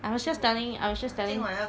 I was just I was just telling